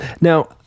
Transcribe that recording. Now